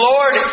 Lord